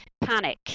panic